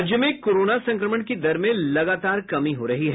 राज्य में कोरोन संक्रमण की दर में लगातार कमी हो रही है